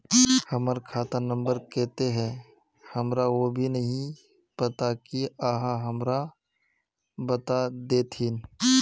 हमर खाता नम्बर केते है हमरा वो भी नहीं पता की आहाँ हमरा बता देतहिन?